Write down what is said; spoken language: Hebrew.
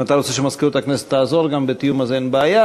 ואם אתה רוצה שמזכירות הכנסת תעזור גם בתיאום אז אין בעיה,